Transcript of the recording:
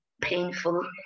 painful